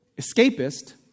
Escapist